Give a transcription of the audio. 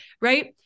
right